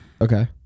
Okay